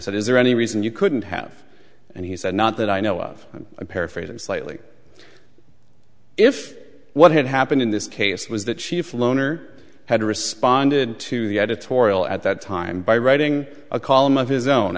said is there any reason you couldn't have and he said not that i know of a paraphrasing slightly if what had happened in this case was that chief loner had responded to the editorial at that time by writing a column of his own